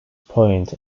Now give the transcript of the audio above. point